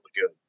good